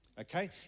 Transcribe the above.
okay